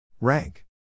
Rank